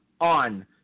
on